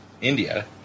India